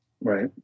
Right